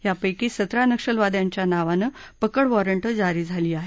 यापक्ती सतरा नक्षलवाद्यांच्या नावानं पकड वॉरंट जारी झाली आहेत